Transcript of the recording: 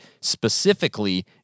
specifically